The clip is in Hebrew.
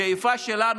השאיפה שלנו,